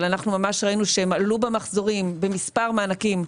אבל אנחנו ממש ראינו שהם עלו במחזורים במס' מענקים,